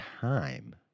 time